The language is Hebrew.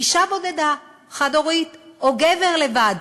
אישה בודדה חד-הורית או גבר לבד,